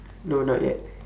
no not yet